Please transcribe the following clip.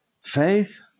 Faith